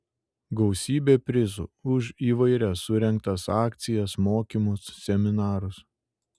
gausybė prizų už įvairias surengtas akcijas mokymus seminarus